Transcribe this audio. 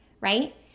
right